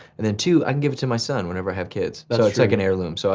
and then two, i can give it to my son whenever i have kids. so it's like an heirloom. so